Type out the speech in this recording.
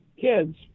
kids